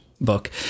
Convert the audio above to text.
book